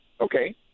Okay